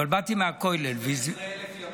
אבל באתי מהכולל --- לפני 12,000 ימים.